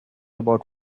about